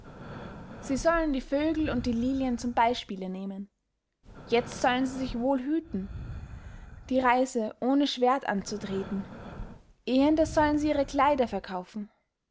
sie sollen die vögel und die lilien zum beyspiele nehmen jetzt sollen sie sich wohl hüten die reise ohne schwerdt anzutreten ehender sollen sie ihre kleider verkaufen